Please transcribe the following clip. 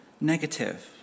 negative